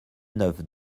neuf